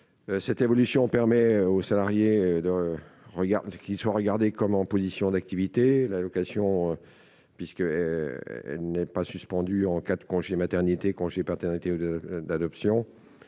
cette évolution permet aux salariés de parce qu'ils soient regardés comme en position d'activité l'allocation puisque n'est pas suspendu en cas de congé maternité, congé paternité ou de d'adoption